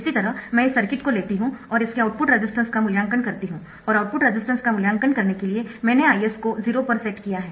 इसी तरह मैं इस सर्किट को लेती हूं और इसके आउटपुट रेजिस्टेंस का मूल्यांकन करती हूं और आउटपुट रेजिस्टेंस का मूल्यांकन करने के लिए मैंने Is को 0 पर सेट किया है